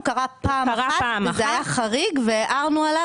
הוא קרה פעם אחת וזה היה חריג והערנו עליו